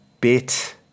bit